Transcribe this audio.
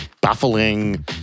baffling